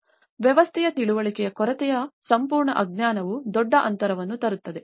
ಆದ್ದರಿಂದ ವ್ಯವಸ್ಥೆಯ ತಿಳುವಳಿಕೆಯ ಕೊರತೆಯ ಸಂಪೂರ್ಣ ಅಜ್ಞಾನವು ದೊಡ್ಡ ಅಂತರವನ್ನು ತರುತ್ತದೆ